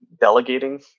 delegating